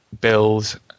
build